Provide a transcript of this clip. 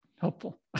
helpful